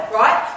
right